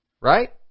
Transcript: right